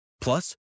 Plus